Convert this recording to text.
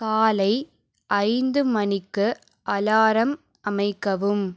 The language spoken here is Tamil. காலை ஐந்து மணிக்கு அலாரம் அமைக்கவும்